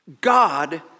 God